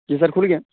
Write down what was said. جی sir کھل گیا